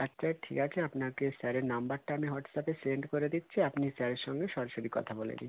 আচ্ছা ঠিক আছে আপনাকে স্যারের নম্বরটা আমি হোয়াটসঅ্যাপে সেন্ড করে দিচ্ছি আপনি স্যারের সঙ্গে সরাসরি কথা বলে নিন